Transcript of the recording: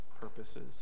purposes